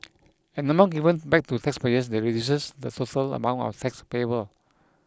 an amount given back to taxpayers that reduces the total amount of tax payable